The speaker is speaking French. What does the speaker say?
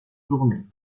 journée